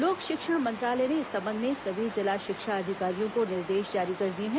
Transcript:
लोक शिक्षण मंत्रालय ने इस संबंध में सभी जिला शिक्षा अधिकारियों को निर्देश जारी कर दिए हैं